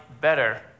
better